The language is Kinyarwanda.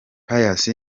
pius